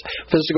Physical